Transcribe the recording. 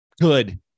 good